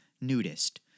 nudist